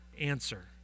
answer